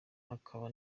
hakaba